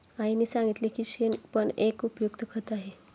आईने सांगितले की शेण पण एक उपयुक्त खत आहे